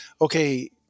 okay